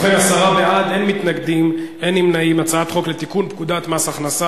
ההצעה להעביר את הצעת חוק לתיקון פקודת מס הכנסה